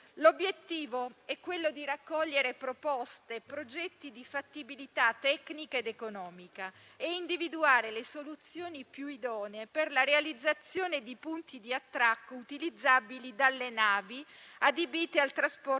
l'obiettivo di raccogliere proposte e progetti di fattibilità tecnica ed economica e di individuare le soluzioni più idonee per la realizzazione di punti di attracco utilizzabili dalle navi adibite al trasporto